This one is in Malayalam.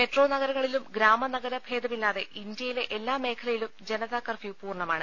മെട്രോ നഗരങ്ങളിലും ഗ്രാമ നഗര ഭേദമില്ലാതെ ഇന്ത്യയിലെ എല്ലാ മേഖലയിലും ജനതാ കർഫ്യൂ പൂർണ്ണമാണ്